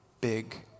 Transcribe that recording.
big